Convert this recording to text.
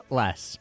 less